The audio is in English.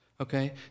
Okay